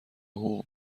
حقوق